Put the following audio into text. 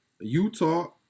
Utah